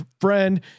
friend